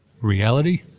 reality